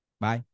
Bye